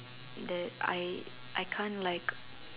that I I can't like